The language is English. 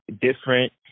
different